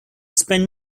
spend